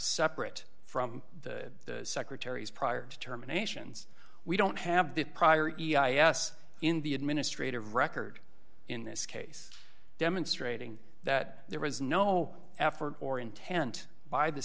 separate from the secretary's prior determinations we don't have that prior e i a s in the administrative record in this case demonstrating that there was no effort or intent by the